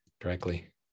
directly